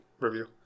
review